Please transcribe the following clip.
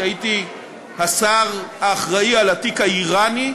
כשהייתי השר האחראי לתיק האיראני,